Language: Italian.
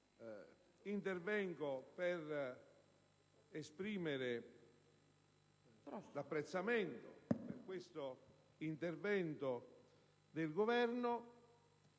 intervengo per esprimere il mio apprezzamento per questo intervento del Governo,